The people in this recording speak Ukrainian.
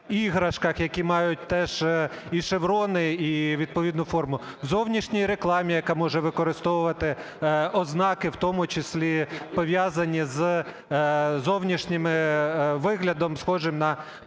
які мають теж і шеврони, і відповідну форму, в зовнішній рекламі, яка може використовувати ознаки, в тому числі пов'язані з зовнішнім виглядом, схожим на поліцію